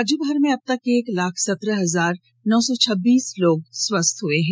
राज्यभर में अबतक एक लाख सत्रह हजार नौ सौ छब्बीस लोग स्वस्थ हो चुके हैं